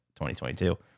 2022